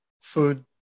food